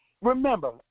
Remember